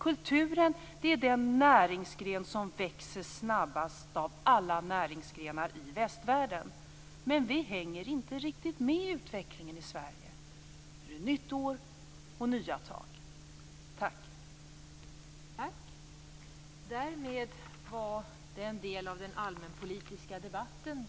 Kulturen är den näringsgren som växer snabbast av alla näringsgrenar i västvärlden, men vi i Sverige hänger inte riktigt men i utvecklingen.